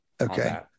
Okay